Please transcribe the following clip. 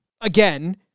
again